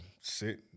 sit